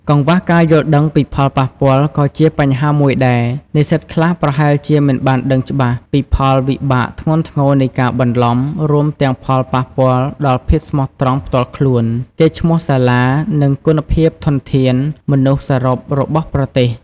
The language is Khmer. កង្វះការយល់ដឹងពីផលប៉ះពាល់ ក៏ជាបញ្ហាមួយដែរ និស្សិតខ្លះប្រហែលជាមិនបានដឹងច្បាស់ពីផលវិបាកធ្ងន់ធ្ងរនៃការបន្លំ រួមទាំងផលប៉ះពាល់ដល់ភាពស្មោះត្រង់ផ្ទាល់ខ្លួន កេរ្តិ៍ឈ្មោះសាលា និងគុណភាពធនធានមនុស្សសរុបរបស់ប្រទេស។